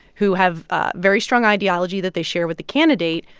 who have very strong ideology that they share with the candidate,